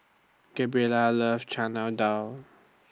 Gabriella loves Chana Dal